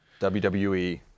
WWE